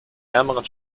ärmeren